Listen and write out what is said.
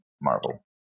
Marvel